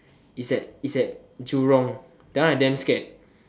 it's at it's at Jurong that one I damn scared